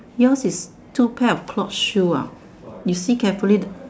yours is two pair of clock shoe ah you see carefully the